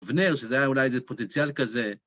אבנר, שזה היה אולי איזה פוטנציאל כזה.